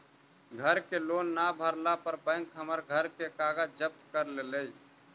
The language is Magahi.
घर के लोन न भरला पर बैंक हमर घर के कागज जब्त कर लेलई